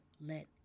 let